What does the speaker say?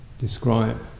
describe